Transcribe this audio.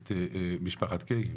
את משפחת קיי,